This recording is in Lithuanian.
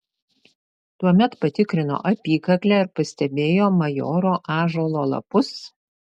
tuomet patikrino apykaklę ir pastebėjo majoro ąžuolo lapus